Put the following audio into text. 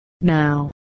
Now